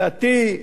דתי,